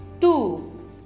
Two